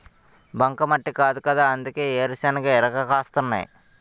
బంకమట్టి కాదుకదా అందుకే వేరుశెనగ ఇరగ కాస్తున్నాయ్